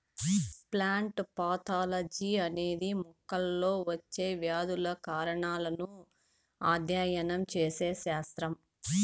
plant pathology అనేది మొక్కల్లో వచ్చే వ్యాధుల కారణాలను అధ్యయనం చేసే శాస్త్రం